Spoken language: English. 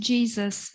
Jesus